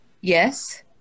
Yes